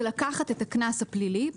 זה לקחת את הקנס הפלילי,